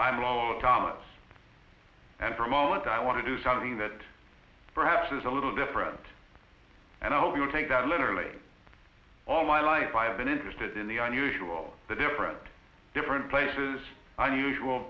i'm all of thomas and for a moment i want to do something that perhaps is a little different and i hope you will take that literally all my life i've been interested in the unusual the different different places i usual